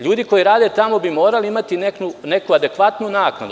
Ljudi koji rade tamo bi morali imati neku adekvatnu naknadu.